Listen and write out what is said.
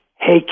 hey